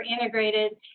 integrated